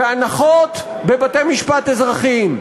בהנחות, בבתי-משפט אזרחיים?